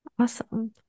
awesome